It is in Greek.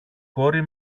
κόρη